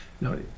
no